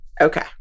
Okay